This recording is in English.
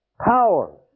power